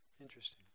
interesting